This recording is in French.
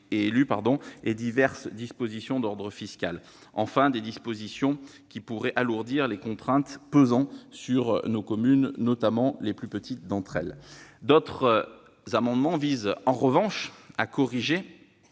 et diverses dispositions d'ordre fiscal ; des dispositions qui pourraient alourdir les contraintes pesant sur nos communes, notamment les plus petites d'entre elles. D'autres amendements tendent à corriger